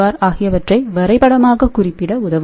R ஆகியவற்றை வரைபடமாக குறிப்பிட உதவும்